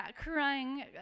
crying